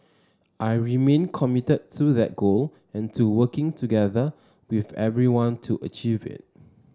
I remain committed to that goal and to working together with everyone to achieve it